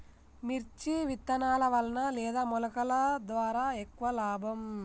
మిర్చి విత్తనాల వలన లేదా మొలకల ద్వారా ఎక్కువ లాభం?